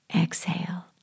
Exhale